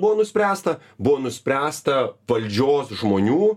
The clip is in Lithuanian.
buvo nuspręsta buvo nuspręsta valdžios žmonių